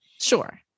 Sure